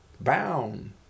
bound